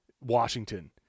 Washington